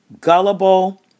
gullible